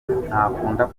kuvuga